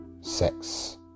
Sex